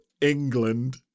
England